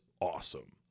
awesome